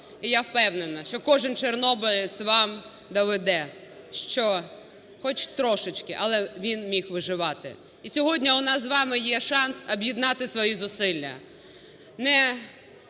І я впевнена, що кожен чорнобилець вам доведе, що хоч трошечки, але він міг виживати. І сьогодні у нас з вами є шанс об'єднати свої зусилля,